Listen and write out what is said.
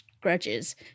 grudges